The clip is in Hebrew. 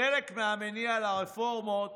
חלק מהמניע לרפורמות